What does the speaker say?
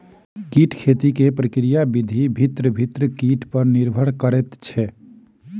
कीट खेती के प्रक्रिया विधि भिन्न भिन्न कीट पर निर्भर करैत छै